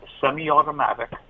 semi-automatic